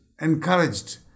encouraged